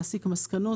להסיק מסקנות.